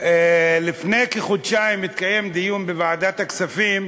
לפני כחודשיים התקיים דיון בוועדת הכספים,